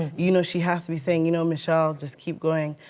you know, she has to be saying, you know michelle, just keep going.